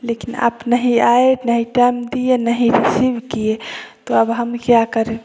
लेकिन आप नहीं ये नहीं टाइम दिए नहीं रिसिव किये तो अब हम क्या करें